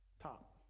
top